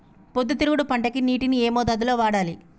పొద్దుతిరుగుడు పంటకి నీటిని ఏ మోతాదు లో వాడాలి?